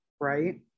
right